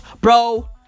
Bro